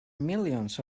millions